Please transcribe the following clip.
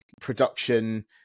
production